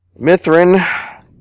Mithrin